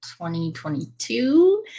2022